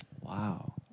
Wow